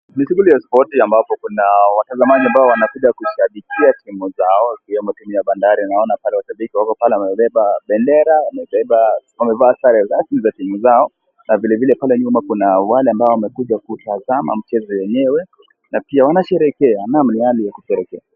Ni shughuli ya spoti ambapo kuna watazamaji ambao wanakuja kushabikia timu zao ikiwemo timu ya Bandari naona pale mashabiki wako wamebeba bendera wamevaa sare za timu zao na vilevile pale nyuma kuna wale ambao wamekuja kutazama mchezo wenyewe na pia wanasherekea naam ni hali ya kusherekea.